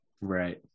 Right